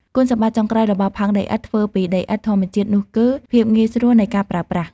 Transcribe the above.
គុណសម្បត្តិចុងក្រោយរបស់ផើងដីឥដ្ឋធ្វើពីដីឥដ្ឋធម្មជាតិនោះគឺ ភាពងាយស្រួលនៃការប្រើប្រាស់។